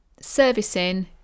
servicing